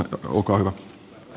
olkaa hyvä